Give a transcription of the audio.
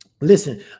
Listen